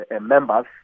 members